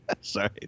Sorry